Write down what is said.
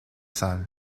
salles